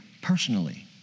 Personally